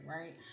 right